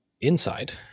inside